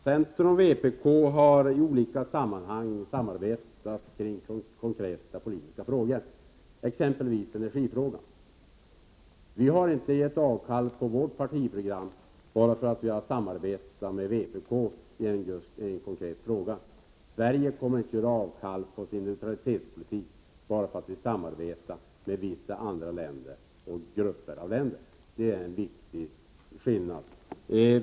Herr talman! Jag vill till Gudrun Schyman säga att centern och vpk i olika sammanhang har samarbetat kring konkreta politiska frågor, exempelvis i energifrågan. Men vi har i centerpartiet inte givit avkall på vårt partiprogram bara därför att vi har samarbetat med vpk i en konkret fråga. Sverige kommer inte att göra avkall på sin neutralitetspolitik bara därför att vi samarbetar med vissa andra länder och grupper av länder. Det är en viktig skillnad.